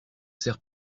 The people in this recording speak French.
sers